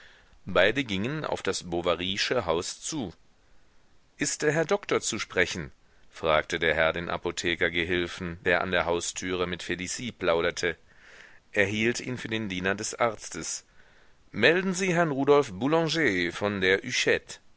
beide gingen auf das bovarysche haus zu ist der herr doktor zu sprechen fragte der herr den apothekergehilfen der an der haustüre mit felicie plauderte er hielt ihn für den diener des arztes melden sie herrn rudolf boulanger von der